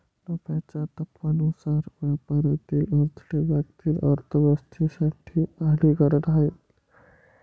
नफ्याच्या तत्त्वानुसार व्यापारातील अडथळे जागतिक अर्थ व्यवस्थेसाठी हानिकारक आहेत